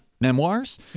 memoirs